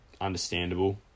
Understandable